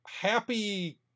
happy